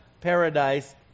paradise